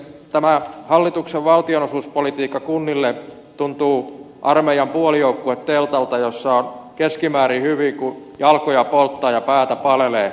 tämä hallituksen valtionosuuspolitiikka kunnille tuntuu armeijan puolijoukkueteltalta jossa on keskimäärin hyvin kun jalkoja polttaa ja päätä palelee